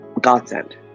godsend